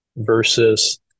Versus